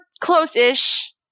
close-ish